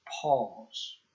pause